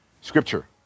Scripture